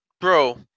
bro